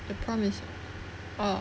the promise oh